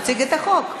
מציג את החוק.